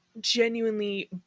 genuinely